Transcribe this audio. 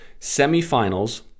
semifinals